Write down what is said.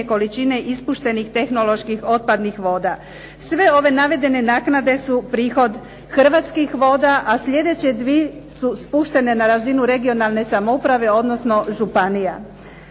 količine ispuštenih tehnoloških otpadnih voda. Sve ove navedene naknade su prihod Hrvatskih voda, a sljedeće dvi su spuštene na razinu regionalne samouprave, odnosno županija.